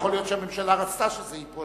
יכול להיות שהממשלה רצתה שזה ייפול,